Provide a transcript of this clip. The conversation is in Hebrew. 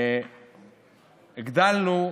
הגדלנו